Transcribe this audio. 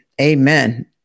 amen